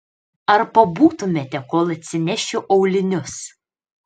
ar pabūtumėte kol atsinešiu aulinius